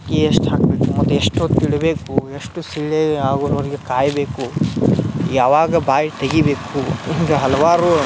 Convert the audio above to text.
ಎಷ್ಟು ಹಾಕ್ಬೇಕು ಮತ್ತು ಎಷ್ಟೊತ್ತು ಇಡಬೇಕು ಎಷ್ಟು ಸಿಳ್ಳೆ ಆಗುವರ್ಗೆ ಕಾಯಬೇಕು ಯಾವಾಗ ಬಾಯಿ ತೆಗಿಬೇಕು ಹಿಂಗೆ ಹಲವಾರು